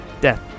death